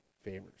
favors